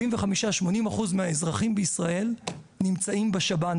75-80 אחוז מהאזרחים בישראל נמצאים בשב"ן,